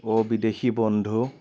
অ' বিদেশী বন্ধু